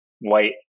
white